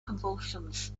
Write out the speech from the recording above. convulsions